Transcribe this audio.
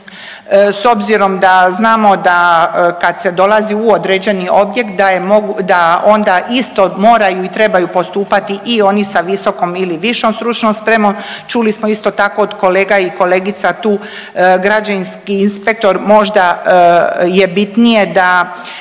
S obzirom da znamo da kad se dolazi u određeni objekt da onda isto moraju i trebaju postupati i oni sa visokom ili višom stručnom spremom. Čuli smo isto tako od kolega i kolegica tu građevinski inspektor možda je bitnije da